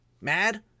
mad